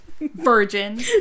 virgin